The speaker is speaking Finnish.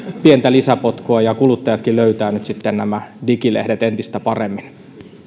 pientä lisäpotkua ja kuluttajatkin löytävät nyt sitten nämä digilehdet entistä paremmin